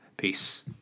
Peace